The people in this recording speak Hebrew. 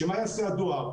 שמה יעשה הדואר?